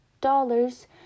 dollars